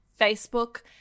Facebook